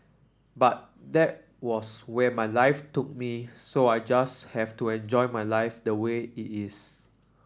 but that was where my life took me so I just have to enjoy my life